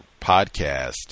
podcast